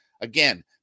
Again